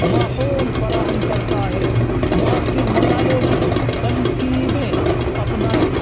ماحول فراہم کرتا ہے مؤثر مطالعے کی ترکیبیں اپنائیں